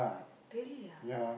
really ah